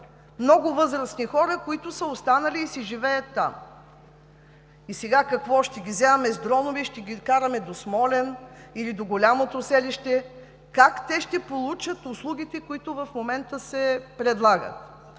много възрастни хора, които са останали и си живеят там. И сега какво? Ще ги вземаме с дронове и ще ги караме до Смолян или до голямото селище?! Как те ще получат услугите, които в момента се предлагат?